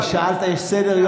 אתה שאלת, יש גם סדר-יום.